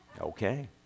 Okay